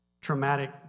traumatic